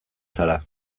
zara